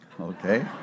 okay